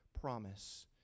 promise